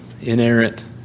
inerrant